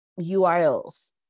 URLs